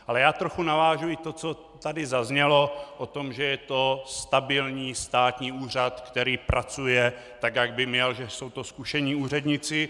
Ale já trochu navážu i na to, co tady zaznělo, o tom, že je to stabilní státní úřad, který pracuje, tak jak by měl, že jsou to zkušení úředníci.